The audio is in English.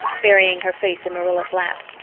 burying her face in marilla's lap.